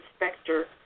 inspector